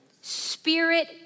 spirit